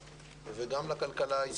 חלקה.